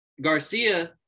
Garcia